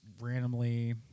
randomly